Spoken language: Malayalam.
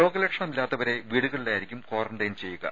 രോഗലക്ഷണമില്ലാത്തവരെ വീടുകളിലായിരിക്കും ക്വാറന്റൈൻ ചെയ്യുക